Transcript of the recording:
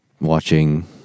watching